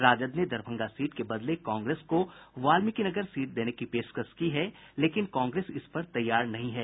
राजद ने दरभंगा सीट के बदले कांग्रेस को वाल्मिकीनगर सीट देने की पेशकश की है लेकिन कांग्रेस इस पर तैयार नहीं है